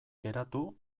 geratu